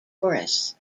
chorus